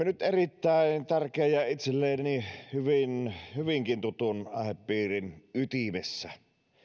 nyt erittäin tärkeän ja itselleni hyvinkin tutun aihepiirin ytimessä